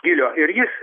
gylio ir jis